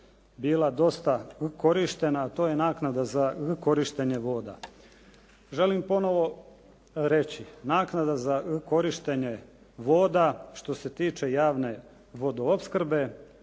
bila dosta korištena a to je naknada za korištenje voda. Želim ponovo reći naknada za korištenje voda što se tiče javne vodoopskrbe